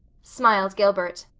smiled gilbert.